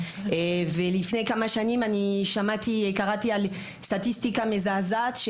לפני כמה שנים אני קראתי על סטטיסטיקה מזעזעת,